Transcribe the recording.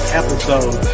episode